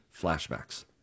flashbacks